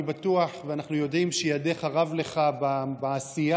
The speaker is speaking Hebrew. אני בטוח ואנחנו יודעים שידיך רב לך בעשייה,